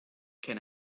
can